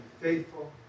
faithful